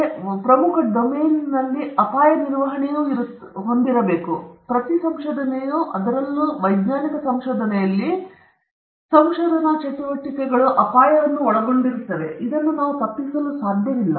ಮತ್ತೊಮ್ಮೆ ಮತ್ತೊಂದು ಪ್ರಮುಖ ಡೊಮೇನ್ ಅಪಾಯ ನಿರ್ವಹಣೆಯನ್ನು ಹೊಂದಿದೆ ಏಕೆಂದರೆ ಪ್ರತಿ ಸಂಶೋಧನೆಯು ಅದರಲ್ಲೂ ವಿಶೇಷವಾಗಿ ಇದು ವೈಜ್ಞಾನಿಕ ಸಂಶೋಧನೆಯಲ್ಲಿದ್ದರೆ ಅನೇಕ ಸಂಶೋಧನಾ ಚಟುವಟಿಕೆಗಳು ಅಪಾಯದ ಪ್ರಶ್ನೆಯನ್ನು ಒಳಗೊಂಡಿರುತ್ತದೆ ಮತ್ತು ಅದನ್ನು ನಾವು ತಪ್ಪಿಸಲು ಸಾಧ್ಯವಿಲ್ಲ